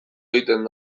egiten